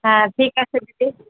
হ্যাঁ ঠিক আছে দিদি